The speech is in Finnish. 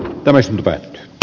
yleisempää j